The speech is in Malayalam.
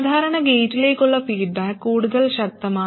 സാധാരണ ഗേറ്റിലേക്കുള്ള ഫീഡ്ബാക്ക് കൂടുതൽ ശക്തമാണ്